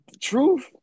truth